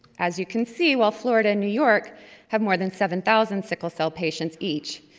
as you can see, while florida and new york have more than seven thousand sickle cell patients each,